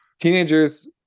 teenagers